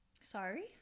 Sorry